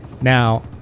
Now